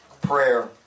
prayer